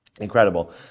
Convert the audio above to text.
Incredible